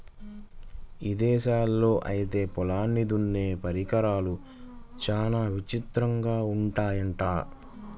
ఇదేశాల్లో ఐతే పొలాల్ని దున్నే పరికరాలు చానా విచిత్రంగా ఉంటయ్యంట